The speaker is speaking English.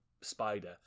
spider